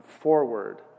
forward